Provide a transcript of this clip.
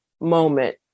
moment